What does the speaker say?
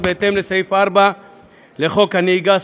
בהתאם לסעיף 4 לחוק הנהיגה הספורטיבית.